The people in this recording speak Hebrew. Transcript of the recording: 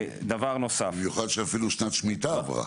דבר נוסף -- במיוחד שאפילו שנת השמיטה עברה.